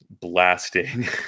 blasting